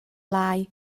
lai